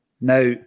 Now